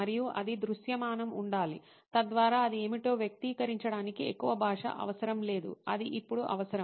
మరియు అది దృశ్యమానంగా ఉండాలి తద్వారా అది ఏమిటో వ్యక్తీకరించడానికి ఎక్కువ భాష అవసరం లేదు ఇది ఇప్పుడు అవసరం